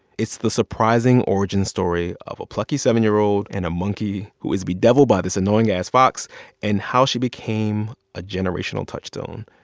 it's the surprising origin story of a plucky seven year old and a monkey who is bedeviled by this annoying ass fox and how she became a generational touchstone.